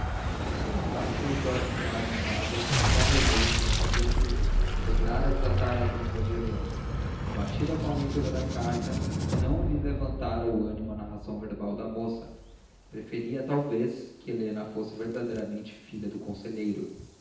quando estácio e melchior entraram em casa já d úrsula sabia tudo lograra desatar a língua de helena abatida com a leitura da carta não lhe levantara o ânimo a narração verbal da moça preferia talvez que helena fosse verdadeiramente filha do conselheiro